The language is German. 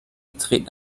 treten